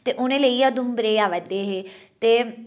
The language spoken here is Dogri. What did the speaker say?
ते उ'ने लेइयै उधमपुर आवा दे हे ते